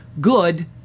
good